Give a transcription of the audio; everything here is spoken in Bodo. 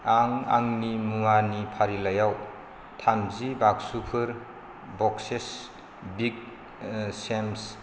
आं आंनि मुवानि फारिलाइयाव थामजि बाक्सुफोर बक्सेस बिग सेम्स